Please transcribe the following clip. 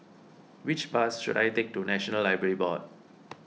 which bus should I take to National Library Board